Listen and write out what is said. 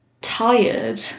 tired